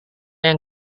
yang